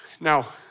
Now